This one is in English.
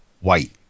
white